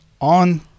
on